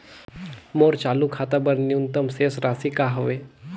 मोर चालू खाता बर न्यूनतम शेष राशि का हवे?